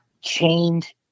chained